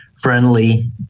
friendly